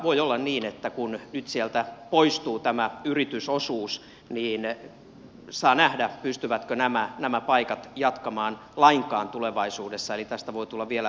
voi olla niin että kun nyt sieltä poistuu tämä yritysosuus niin saa nähdä pystyvätkö nämä paikat jatkamaan lainkaan tulevaisuudessa eli tästä voi tulla vielä huomattavasti isompi haitta